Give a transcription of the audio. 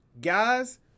Guys